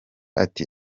ati